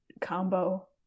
combo